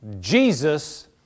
Jesus